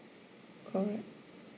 correct